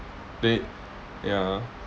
then ya